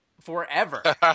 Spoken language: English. forever